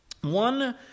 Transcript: one